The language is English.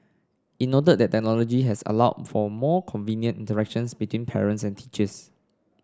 it noted that the technology has allowed for more convenient interactions between parents and teachers